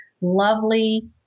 lovely